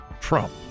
Trump